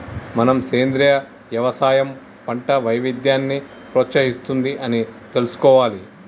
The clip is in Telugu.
మనం సెంద్రీయ యవసాయం పంట వైవిధ్యాన్ని ప్రోత్సహిస్తుంది అని తెలుసుకోవాలి